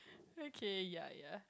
okay ya ya